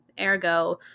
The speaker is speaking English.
ergo